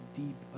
deep